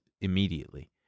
immediately